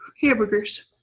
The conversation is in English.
Hamburgers